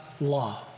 law